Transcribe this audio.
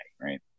right